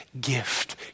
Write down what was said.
gift